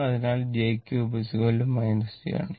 അതിനാൽ j3 j ആണ്